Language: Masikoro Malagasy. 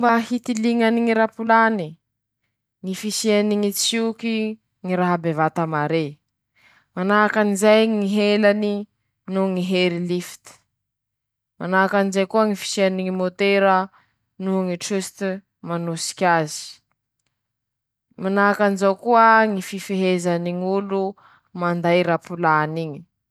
Fomba famokarany ñy aponga feo: -Ñy famangoa azy aminy ñy velarany; -Manahaky anizay ñy vibration noho ñy famokarany ñy feo; -Misy koa ñy fañitsia ñy tension; -Misy ñy fomba fanaova ñy famangoa; -Manahaky anizay ñy fampiasa ñy karazany ñ'aponga samby karazany, -Ñy fiarahany aminy ñy rivotse aminy ñy vatany ao.